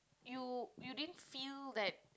you you didn't feel that